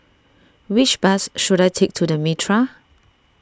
which bus should I take to the Mitraa